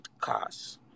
cars